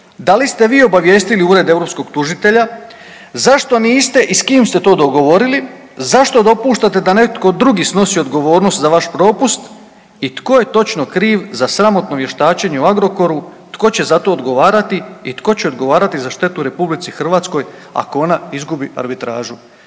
Da li ste vi obavijestili Ured europskog tužitelja? Zašto niste i s kim ste to dogovorili? Zašto dopuštate da netko drugi snosi odgovornost za vaš propust i tko je točno kriv za sramotno vještačenje o Agrokoru, tko će za to odgovarati i tko će odgovarati za štitu RH ako ona izgubi arbitražu?